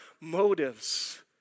motives